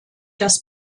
das